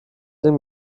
dem